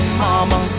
mama